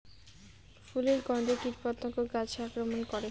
ফুলের গণ্ধে কীটপতঙ্গ গাছে আক্রমণ করে?